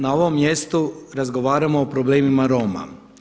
Na ovom mjestu razgovaramo o problemima Roma.